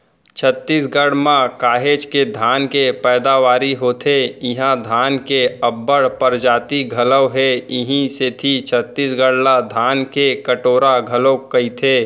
छत्तीसगढ़ म काहेच के धान के पैदावारी होथे इहां धान के अब्बड़ परजाति घलौ हे इहीं सेती छत्तीसगढ़ ला धान के कटोरा घलोक कइथें